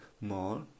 more